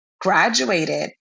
graduated